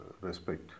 respect